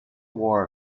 war